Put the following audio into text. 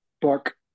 book